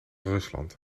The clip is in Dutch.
rusland